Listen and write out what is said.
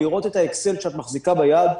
לראות את האקסל שאת מחזיקה ביד,